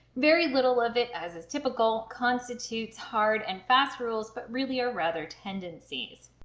very little of it as is typical constitutes hard and fast rules, but really are rather tendencies.